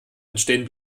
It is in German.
entstehen